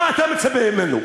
מה אתה מצפה ממנו,